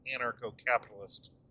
anarcho-capitalist